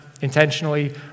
intentionally